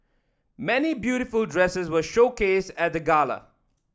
many beautiful dresses were showcased at the gala